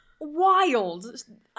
Wild